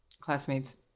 classmates